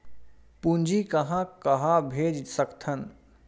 पूंजी कहां कहा भेज सकथन?